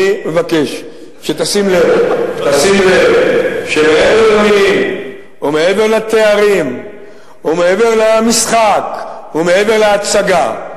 אני מבקש שתשים לב שמעבר למלים ומעבר לתארים ומעבר למשחק ומעבר להצגה,